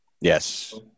Yes